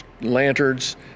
lanterns